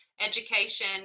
education